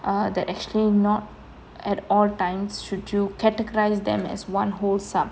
err that actually not at all times should you categorise them as one whole sum